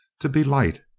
to be light,